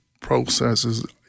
processes